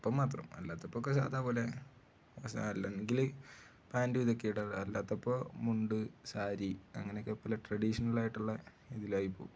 അപ്പം മാത്രം അല്ലാത്തപ്പം ഒക്കെ സാധാ പോലെ അല്ലെങ്കിൽ പാൻറ് ഇതൊക്കെ ഇടുക അല്ലാത്തപ്പം മുണ്ട് സാരി അങ്ങനെ ഒക്കെ പോലെ ട്രഡീഷണലായിട്ടുള്ള ഇതിലായി പോകും